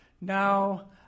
Now